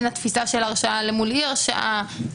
בתפיסה של הרשעה אל מול אי-הרשעה,